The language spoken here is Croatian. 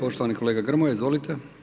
Poštovani kolega Grmoja, izvolite.